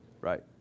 Right